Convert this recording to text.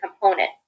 component